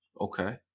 Okay